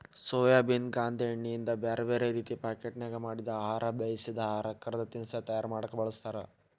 soybean ಗಾಂದೇಣ್ಣಿಯಿಂದ ಬ್ಯಾರ್ಬ್ಯಾರೇ ರೇತಿ ಪಾಕೇಟ್ನ್ಯಾಗ ಮಾಡಿದ ಆಹಾರ, ಬೇಯಿಸಿದ ಆಹಾರ, ಕರದ ತಿನಸಾ ತಯಾರ ಮಾಡಕ್ ಬಳಸ್ತಾರ